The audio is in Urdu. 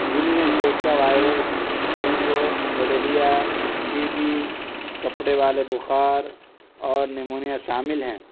جن میں Zika virus dengue malaria TB کپڑے والے بخار اور نمونیہ شامل ہیں